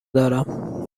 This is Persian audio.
دارم